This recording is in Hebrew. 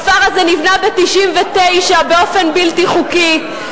הכפר הזה נבנה ב-1999 באופן בלתי חוקי,